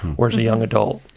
or as a young adult?